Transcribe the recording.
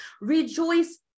rejoice